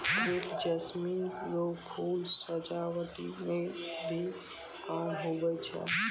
crepe jasmine रो फूल सजावटी मे भी काम हुवै छै